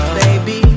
baby